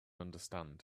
understand